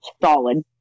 Solid